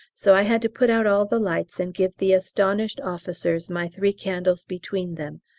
so i had to put out all the lights and give the astonished officers my three candles between them,